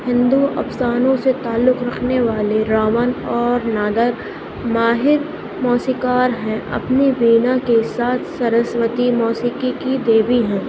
ہندو افسانوں سے تعلق رکھنے والے راون اور نادر ماہر موسیقار ہیں اپنی وینا کے ساتھ سرسوتی موسیقی کی دیوی ہیں